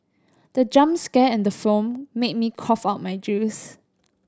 the jump scare in the film made me cough out my juice